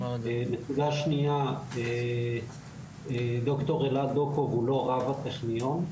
נקודה שנייה, ד"ר אלעד דוקוב הוא לא רב הטכניון.